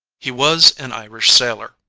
he was an irish sailor.